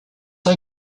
are